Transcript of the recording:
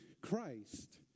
Christ